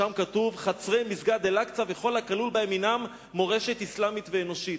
ושם כתוב: חצרי מסגד אל-אקצא וכל הכלול בהם הם מורשת אסלאמית ואנושית.